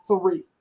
three